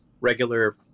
regular